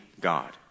God